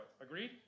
Agreed